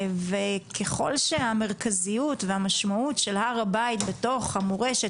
ככל שהמרכזיות והמשמעות של הר הבית בתוך המורשת